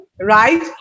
right